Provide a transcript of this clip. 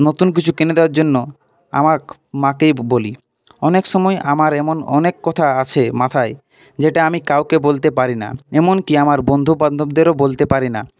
নতুন কিছু কিনে দেওয়ার জন্য আমার মাকেই বলি অনেক সময় আমার এমন অনেক কথা আসে মাথায় যেটা আমি কাউকে বলতে পারি না এমনকি আমার বন্ধু বান্ধবদেরও বলতে পারি না